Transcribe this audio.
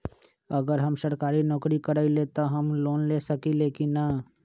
अगर हम सरकारी नौकरी करईले त हम लोन ले सकेली की न?